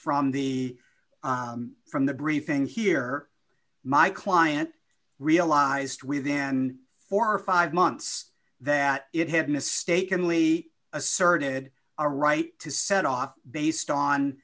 from the from the briefing here my client realized within four or five months that it had mistakenly asserted a right to set off based on